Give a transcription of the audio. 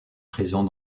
présent